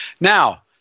Now